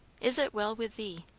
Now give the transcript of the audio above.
is it well with thee?